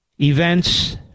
Events